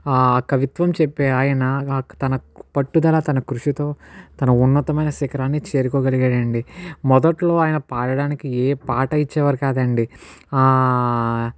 ఆ కవిత్వం చెప్పే ఆయన తనకు పట్టుదల తన కృషితో తన ఉన్నతమైన శిఖరాన్ని చేరుకోగలిగాడు అండి మొదట్లో ఆయన పాడడానికి ఏ పాట ఇచ్చేవారు కాదండి ఆ